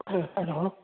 hello